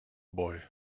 boy